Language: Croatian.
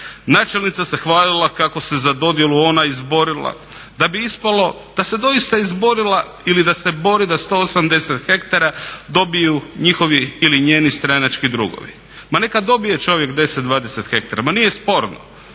Načelnica se hvalila kako se za dodjelu ona izborila, da bi ispalo da se doista izborila ili da se bori da 180 hektara dobiju njihovi ili njeni stranački drugovi. Ma neka dobije čovjek 10, 20 hektara ma nije sporno,